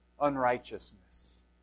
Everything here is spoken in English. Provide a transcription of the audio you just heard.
unrighteousness